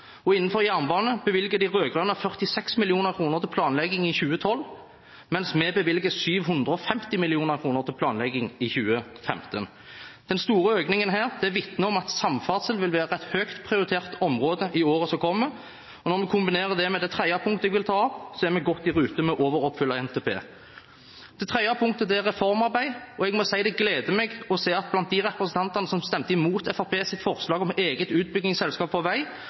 Innenfor jernbane bevilget de rød-grønne 46 mill. kr til planlegging i 2012, mens vi bevilger 750 mill. kr til planlegging i 2015. Denne store økningen vitner om at samferdsel vil være et høyt prioritert område i årene som kommer. Når vi kombinerer det med det tredje punktet jeg vil ta opp, er vi godt i rute med å overoppfylle NTP. Det tredje punktet er reformarbeid, og jeg må si at det gleder meg å se at blant representantene som stemte imot Fremskrittspartiets forslag om eget utbyggingsselskap for vei